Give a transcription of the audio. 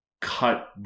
cut